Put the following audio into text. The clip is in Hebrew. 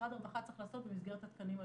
שמשרד הרווחה צריך לעשות במסגרת התקנים הללו.